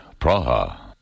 Praha